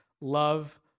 love